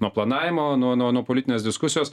nuo planavimo nuo nuo politinės diskusijos